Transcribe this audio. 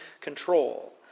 control